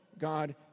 God